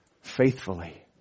faithfully